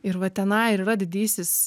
ir va tenai ir yra didysis